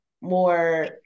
more